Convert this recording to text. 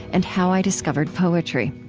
and how i discovered poetry.